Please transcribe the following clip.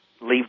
leave